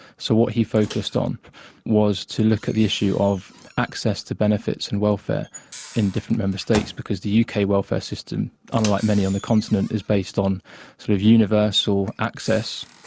so what he focused on was to look at the issue of access to benefits and welfare in different member states, because the uk welfare system, unlike many on the continent, is based on sort of universal access.